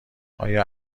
ایا